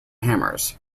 hammers